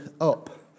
up